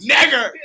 Nigger